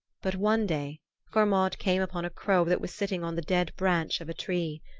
but one day hermod came upon a crow that was sitting on the dead branch of a tree.